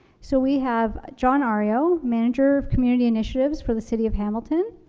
so we have john ah ariyo, manager of community initiatives for the city of hamilton.